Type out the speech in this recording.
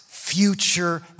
future